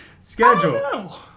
schedule